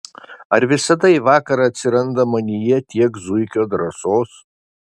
ar visada į vakarą atsiranda manyje tiek zuikio drąsos